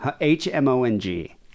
H-M-O-N-G